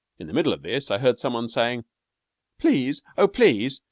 in the middle of this i heard some one saying please, oh, please!